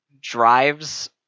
drives